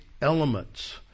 elements